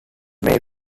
may